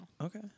Okay